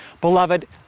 Beloved